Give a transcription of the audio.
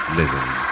living